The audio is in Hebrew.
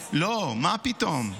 לא, מה פתאום.